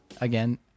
Again